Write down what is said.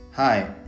Hi